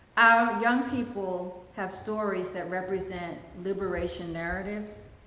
our young people have stories that represent liberation narratives,